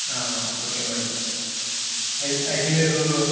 ఒకే madam అయితే అయితే మీరు